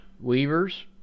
weavers